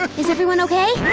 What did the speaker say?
ah is everyone okay?